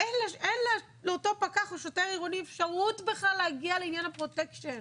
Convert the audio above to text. אין לאותו פקח או שוטר עירוני אפשרות בכלל להגיע לעניין הפרוטקשן.